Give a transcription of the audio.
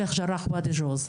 שיח ג'ארח וואדי ג'וז.